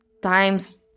times